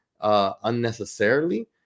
Unnecessarily